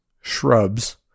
shrubs